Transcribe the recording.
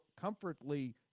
comfortably